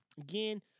again